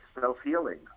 self-healing